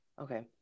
Okay